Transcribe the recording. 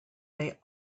they